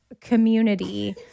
community